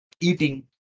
eating